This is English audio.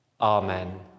Amen